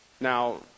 Now